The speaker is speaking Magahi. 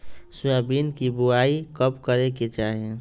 सोयाबीन के बुआई कब करे के चाहि?